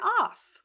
off